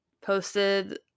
posted